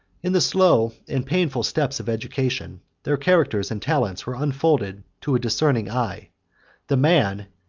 in the slow and painful steps of education, their characters and talents were unfolded to a discerning eye the man,